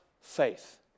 faith